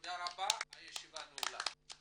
תודה רבה, הישיבה נעולה.